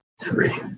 three